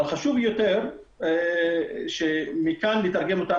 אבל חשוב יותר שניתן יהיה לתרגם אותם